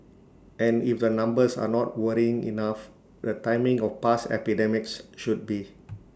and if the numbers are not worrying enough the timing of past epidemics should be